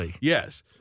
Yes